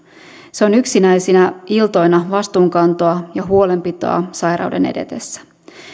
se on yksinäisinä iltoina vastuunkantoa ja huolenpitoa sairauden edetessä